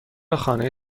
خانه